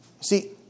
See